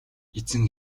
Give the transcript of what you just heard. эзэн